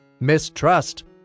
mistrust